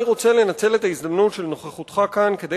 אני רוצה לנצל את ההזדמנות של נוכחותך כאן כדי